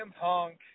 Punk